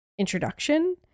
Introduction